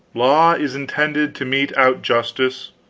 law is intended to mete out justice.